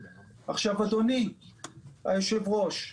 אדוני היושב-ראש,